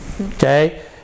Okay